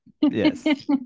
Yes